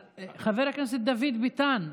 חבר הכנסת דוד ביטן,